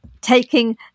taking